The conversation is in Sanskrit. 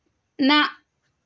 न